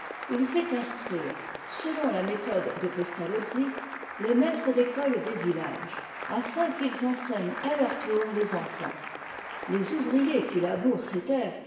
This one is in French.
il fait instruire selon la méthode de pestalozzi les maîtres d'école des villages afin qu'ils enseignent à leur tour les enfants les ouvriers qui labourent ses terres